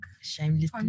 Shameless